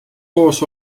koos